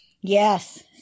yes